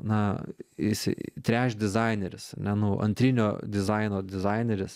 na jisai treš dizaineris ar ne nu antrinio dizaino dizaineris